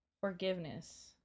Forgiveness